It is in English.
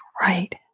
Right